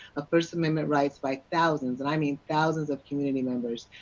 ah first amendment rights by thousands, and i mean thousands of community members,